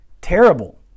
terrible